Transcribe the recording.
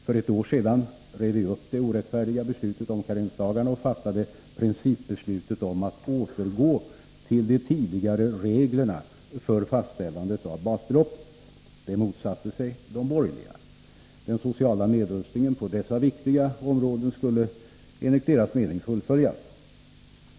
För ett år sedan rev vi upp det orättfärdiga beslutet om karensdagarna och fattade principbeslutet om att återgå till de tidigare reglerna för fastställandet av basbeloppet. Det motsatte sig de borgerliga. Den sociala nedrustningen på dessa viktiga områden skulle enligt deras mening fullföljas.